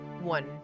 one